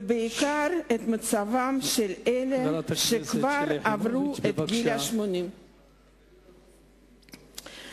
ובעיקר את מצבם של אלה שכבר עברו את גיל 80. חברת הכנסת שלי יחימוביץ,